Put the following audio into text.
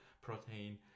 protein